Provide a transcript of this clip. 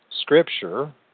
Scripture